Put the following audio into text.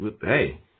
Hey